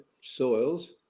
soils